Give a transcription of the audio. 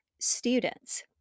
students